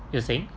you were saying